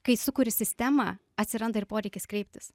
kai sukuri sistemą atsiranda ir poreikis kreiptis